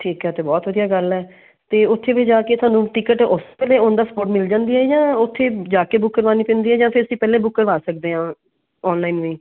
ਠੀਕ ਹੈ ਇਹ ਤਾਂ ਬਹੁਤ ਵਧੀਆ ਗੱਲ ਹੈ ਤਾਂ ਉੱਥੇ ਵੀ ਜਾ ਕੇ ਤੁਹਾਨੂੰ ਟਿਕਟ ਉਸ ਵੇਲੇ ਓਨ ਦਾ ਸਪੋਰਟ ਮਿਲ ਜਾਂਦੀ ਆ ਜਾਂ ਉੱਥੇ ਜਾ ਕੇ ਬੁੱਕ ਕਰਵਾਉਣੀ ਪੈਂਦੀ ਹੈ ਜਾਂ ਫਿਰ ਅਸੀਂ ਪਹਿਲਾਂ ਹੀ ਬੁੱਕ ਕਰਵਾ ਸਕਦੇ ਹਾਂ ਔਨਲਾਈਨ ਵੀ